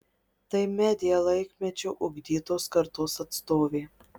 tai media laikmečio ugdytos kartos atstovė